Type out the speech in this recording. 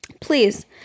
Please